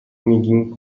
میگین